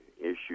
issue